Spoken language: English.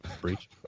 breach